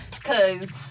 cause